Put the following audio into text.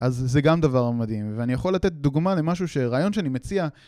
אז זה גם דבר מדהים, ואני יכול לתת דוגמה למשהו ש... רעיון שאני מציע...